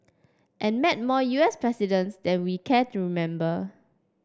and met more U S presidents than we care to remember